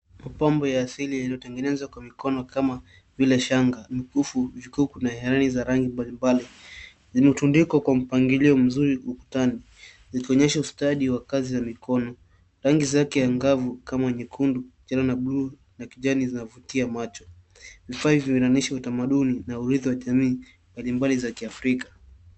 Mapambo ya asili yaliyo tengenezwa kwa mikono kama vile shanga, mkufu, vikuu kuu na heleni za rangi mbalimbali. Zimetundikwa kwa mpangilio mzuri ukutani, zikionyesha ustadi wa kazi za mikono. Rangi zake angavu kama nyekundu, njano na buluu na kijani, zinavutia macho Vifaa hivi vinaonyesha utamaduni na uridhi wa jamii mbali mbali za Kiafrika.